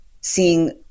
seeing